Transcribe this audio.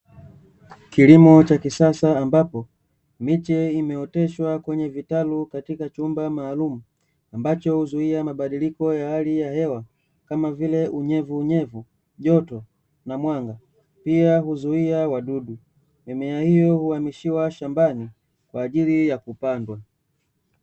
Kilimo cha kisasa ambapo miche imeoteshwa kwenye vitalu katika chumba maalumu ambacho huzuia mabadiliko ya hali ya hewa, kama vile; unyevu unyevu, joto na mwanga, pia huzuia wadudu. Mimea hiyo huhamishiwa shambani kwa ajili ya kupandwa.